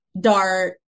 DART